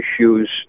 issues